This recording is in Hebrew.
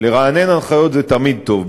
לרענן הנחיות זה תמיד טוב,